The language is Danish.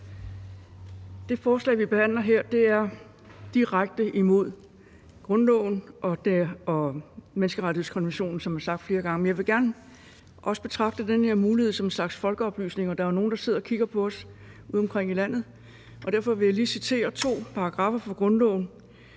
Det forslag, vi behandler her, er direkte imod grundloven og menneskerettighedskonventionen, som har været sagt flere gange. Men jeg vil også gerne betragte den her mulighed som en slags folkeoplysning, og der er jo nogle, der sidder og kigger på os udeomkring i landet. Derfor vil jeg lige citere to paragraffer i grundloven,